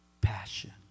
Passion